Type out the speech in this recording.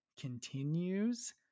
continues